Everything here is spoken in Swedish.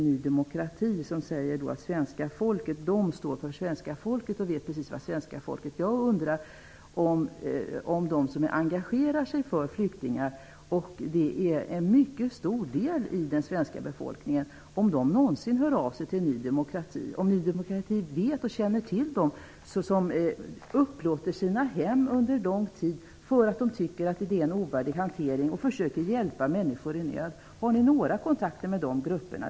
Ny demokrati säger att man står för svenska folkets uppfattning och vet precis vad svenska folket tycker. Jag undrar om de som engagerar sig för flyktingar -- det är en mycket stor del av den svenska befolkningen -- någonsin hör av sig till Ny demokrati. Känner Ny demokrati till dem som upplåter sina hem under lång tid och försöker hjälpa människor i nöd för att de tycker att hanteringen av flyktingar är ovärdig? Har ni några kontakter med de grupperna?